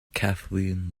kathleen